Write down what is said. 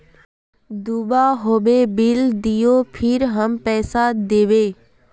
दूबा होबे बिल दियो फिर हम पैसा देबे?